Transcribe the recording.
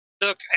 look